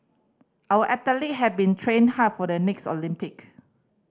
our athlete have been train hard for the next Olympic